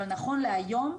אבל נכון להיום,